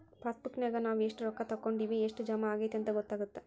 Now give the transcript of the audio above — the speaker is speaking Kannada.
ಪಾಸಬುಕ್ನ್ಯಾಗ ನಾವ ಎಷ್ಟ ರೊಕ್ಕಾ ತೊಕ್ಕೊಂಡಿವಿ ಎಷ್ಟ್ ಜಮಾ ಆಗೈತಿ ಅಂತ ಗೊತ್ತಾಗತ್ತ